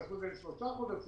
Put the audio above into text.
תעשו את זה לשלושה חודשים,